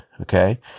okay